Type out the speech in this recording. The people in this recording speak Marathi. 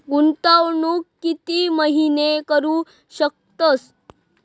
गुंतवणूक किती महिने करू शकतव?